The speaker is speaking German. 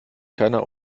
keiner